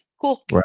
Cool